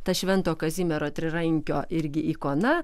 tas švento kazimiero trirankio irgi ikona